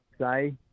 say